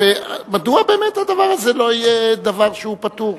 מדוע באמת הדבר הזה לא יהיה דבר שהוא פטור?